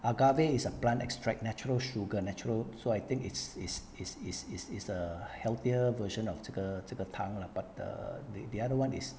agave is a plant extract natural sugar natural so I think it's is is is is is the healthier version of 这个这个糖 lah but the the other [one] is